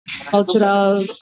Cultural